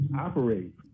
operate